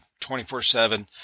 24-7